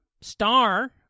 star